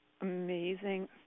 amazing